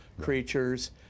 creatures